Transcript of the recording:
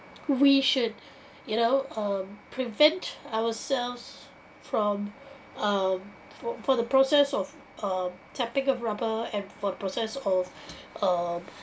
we should you know um prevent ourselves from um from from the process of um tapping up rubber and from the process of um